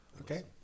Okay